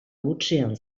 hutsean